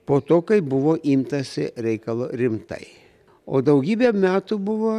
po to kai buvo imtasi reikalo rimtai o daugybę metų buvo